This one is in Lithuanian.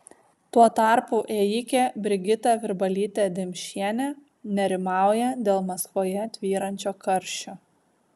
tuo tarpu ėjikė brigita virbalytė dimšienė nerimauja dėl maskvoje tvyrančio karščio